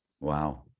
Wow